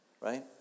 Right